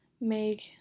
make